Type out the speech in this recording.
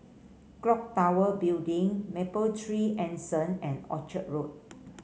clock Tower Building Mapletree Anson and Orchard Road